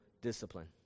discipline